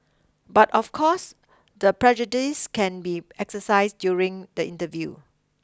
but of course the prejudice can be exercised during the interview